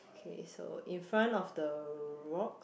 okay so in front of the rock